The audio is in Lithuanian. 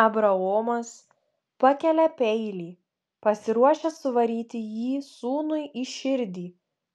abraomas pakelia peilį pasiruošęs suvaryti jį sūnui į širdį